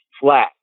flat